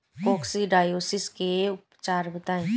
Coccidiosis के उपचार बताई?